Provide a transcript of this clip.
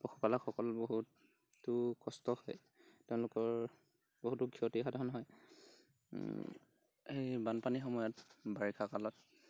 পশুপালকসকল বহুতো কষ্ট হয় তেওঁলোকৰ বহুতো ক্ষতিসাধন হয় সেই বানপানী সময়ত বাৰিষাকালত